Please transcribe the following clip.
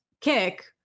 kick